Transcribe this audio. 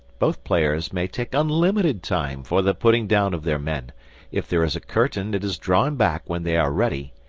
both players may take unlimited time for the putting down of their men if there is a curtain it is drawn back when they are ready,